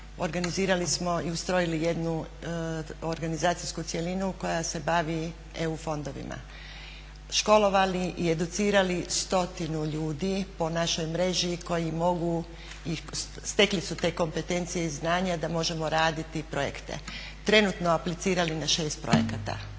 organizirali smo i ustrojili jednu organizacijsku cjelinu koja se bavi EU fondovima, školovali i educirali stotinu ljudi po našoj mreži koji mogu i stekli su te kompetencije i znanja da možemo raditi projekte, trenutno aplicirali na 6 projekata.